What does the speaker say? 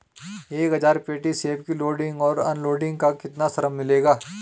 एक हज़ार पेटी सेब की लोडिंग और अनलोडिंग का कितना श्रम मिलेगा?